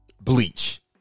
Bleach